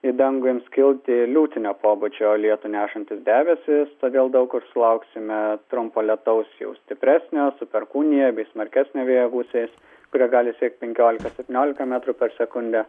į dangų ims kilti liūtinio pobūdžio lietų nešantys debesys todėl daug kur sulauksime trumpo lietaus jau stipresnio su perkūnija bei smarkesnio vėjo gūsiais kurie gali siekt penkiolika septyniolika metrų per sekundę